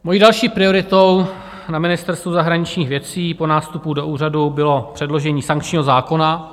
Mojí další prioritou na Ministerstvu zahraničních věcí po nástupu do úřadu bylo předložení sankčního zákona.